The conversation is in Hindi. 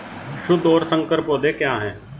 शुद्ध और संकर पौधे क्या हैं?